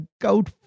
goat